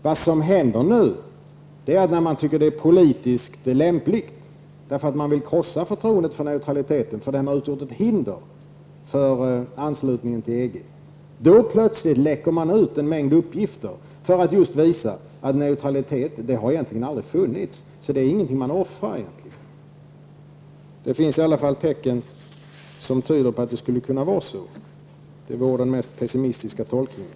Vad som nu händer är att man, när man tycker det är politiskt lämpligt, därför att man vill krossa förtroendet för neutraliteten eftersom den har utgjort ett hinder för en anslutning till EG, plötsligt läcker ut en mängd uppgifter för att visa att neutraliteten egentligen aldrig har existerat. Det är alltså ingenting man offrar. Det finns i alla fall tecken som tyder på att det skulle vara så. Det är den mest pessimistiska tolkningen.